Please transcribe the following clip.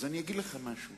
אני אגיד לך משהו,